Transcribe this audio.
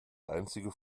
einzige